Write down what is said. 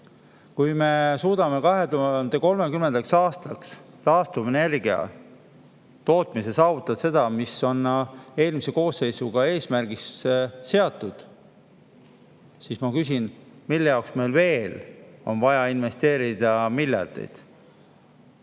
Kui me suudame 2030. aastaks taastuvenergia tootmisel saavutada selle, mis on eelmises koosseisus eesmärgiks seatud, siis ma küsin, mille jaoks meil on veel vaja investeerida miljardeid.